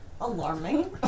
alarming